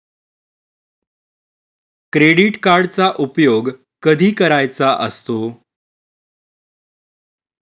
Credit कार्डचा उपयोग कधी करायचा असतो?